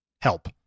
help